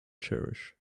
cherish